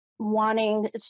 wanting